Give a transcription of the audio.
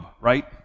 right